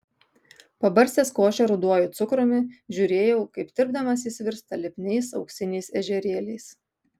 pabarstęs košę ruduoju cukrumi žiūrėjau kaip tirpdamas jis virsta lipniais auksiniais ežerėliais